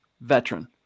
veteran